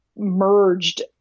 merged